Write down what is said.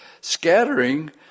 Scattering